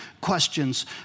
questions